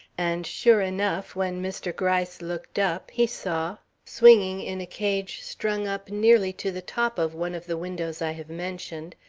and, sure enough, when mr. gryce looked up he saw, swinging in a cage strung up nearly to the top of one of the windows i have mentioned,